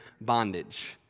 bondage